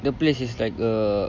the place is like a